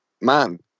man